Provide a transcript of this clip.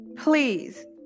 please